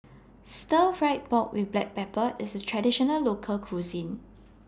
Stir Fry Pork with Black Pepper IS A Traditional Local Cuisine